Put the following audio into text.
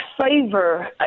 favor